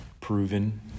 proven